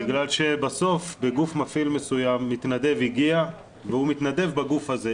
בגלל שבסוף בגוף מפעיל מסוים מתנדב הגיע והוא מתנדב בגוף הזה,